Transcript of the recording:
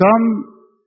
come